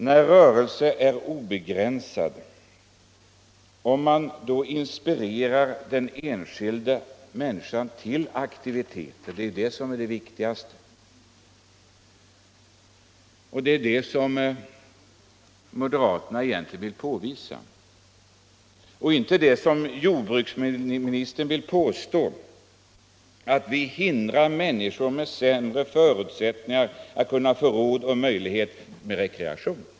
När rörelsemöjligheterna är obegränsade är det viktigaste att inspirera den enskilda människan till aktivitet. Det är egentligen detta som moderaterna vill påvisa, och det är inte som jordbruksministern påstod, att vi hindrar människor med sämre förutsättningar att få råd och möjlighet till rekreation.